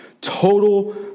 Total